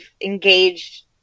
engaged